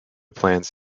plans